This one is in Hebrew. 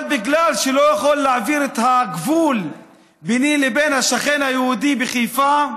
אבל משום שהוא לא יכול להעביר את הגבול ביני ובין השכן היהודי בחיפה,